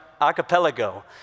Archipelago